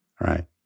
Right